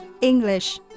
English